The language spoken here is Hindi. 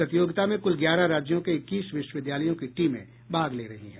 प्रतियोगिता में कुल ग्यारह राज्यों के इक्कीस विश्वविद्यालयों की टीमें भाग ले रही हैं